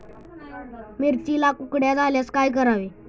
मिरचीला कुकड्या झाल्यास काय करावे?